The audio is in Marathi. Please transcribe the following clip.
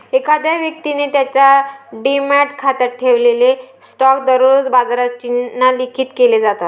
एखाद्या व्यक्तीने त्याच्या डिमॅट खात्यात ठेवलेले स्टॉक दररोज बाजारात चिन्हांकित केले जातात